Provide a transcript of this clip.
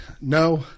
no